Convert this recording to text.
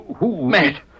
Matt